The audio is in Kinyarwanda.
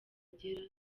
agera